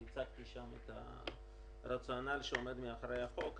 והצגתי שם את הרציונל שעומד מאחורי החוק.